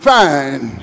fine